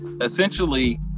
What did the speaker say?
essentially